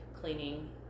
cleaning